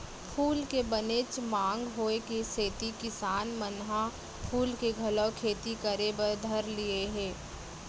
फूल के बनेच मांग होय के सेती किसान मन ह फूल के घलौ खेती करे बर धर लिये हें